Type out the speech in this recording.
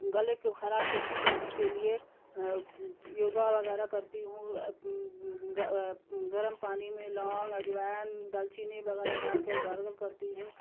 گلے کو خراب کو ٹھیک کرنے کے لیے یوگا وغیرہ کرتی ہوں گرم پانی میں لونگ عجوائن دارچینی وغیرہ ڈال کر گارگرل کرتی ہوں